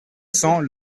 cent